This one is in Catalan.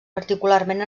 particularment